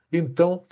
então